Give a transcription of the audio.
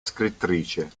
scrittrice